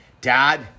Dad